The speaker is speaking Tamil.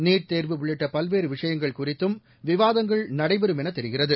நீட் குதர்கூ உள்ளிட்ட பல்குவறு விமூயனுகள் குறித்தும் விவாதணுகள் நடைபேறும் என தேரிகிறது